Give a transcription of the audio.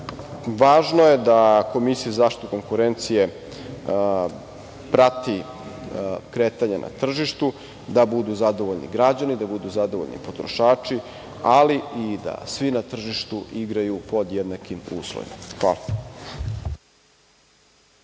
je da Komisija za zaštitu konkurencija prati kretanje na tržištu, da budu zadovoljni građani, da budu zadovoljni potrošači, ali i da svi na tržištu igraju pod jednakim uslovima. Hvala.